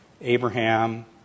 Abraham